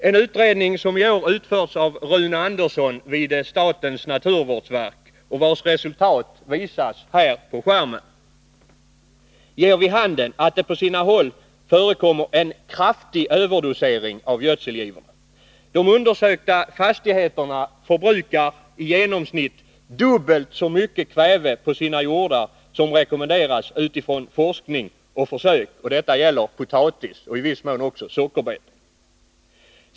En utredning som i år utförts av Rune Andersson vid statens naturvårdsverk och vars resultat visas här på skärmen ger vid handen, att det på sina håll förekommer en kraftig överdosering av gödselgivorna. De undersökta fastigheterna förbrukar i genomsnitt dubbelt så mycket kväve på sina jordar som rekommenderas utifrån forskning och försök. Detta gäller potatis och i viss mån också sockerbetor.